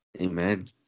amen